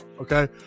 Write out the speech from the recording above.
okay